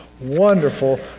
wonderful